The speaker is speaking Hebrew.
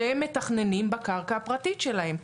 שהם מתכננים בקרקע הפרטית שלהם,